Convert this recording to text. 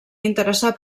interessar